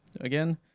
again